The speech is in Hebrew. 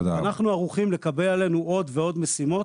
אנחנו ערוכים לקבל עלינו עוד ועוד משימות